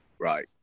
Right